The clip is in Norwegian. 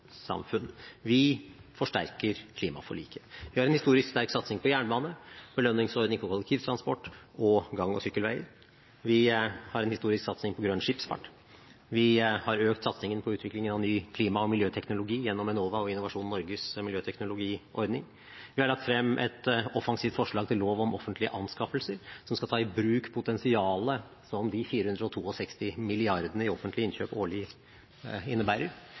Vi forsterker klimaforliket. Vi har en historisk sterk satsing på jernbane, belønningsordning for kollektivtransport og gang- og sykkelveier. Vi har en historisk satsing på grønn skipsfart. Vi har økt satsingen på utviklingen av en ny klima- og miljøteknologi gjennom Enova og Innovasjon Norges miljøteknologiordning. Vi har lagt frem et offensivt forslag til lov om offentlige anskaffelser, som skal ta i bruk potensialet som de 462 mrd. kr i offentlige innkjøp årlig innebærer.